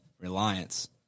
Reliance